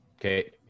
Okay